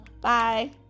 Bye